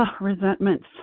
resentments